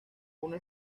una